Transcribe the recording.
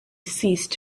ceased